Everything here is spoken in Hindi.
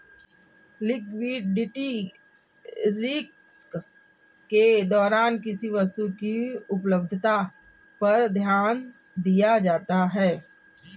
लिक्विडिटी रिस्क के दौरान किसी वस्तु की उपलब्धता पर ध्यान दिया जाता है